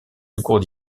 secours